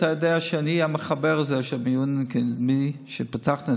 אתה יודע שאני המחבר של מיון קדמי שפתחנו,